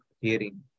hearing